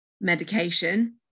medication